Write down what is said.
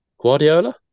Guardiola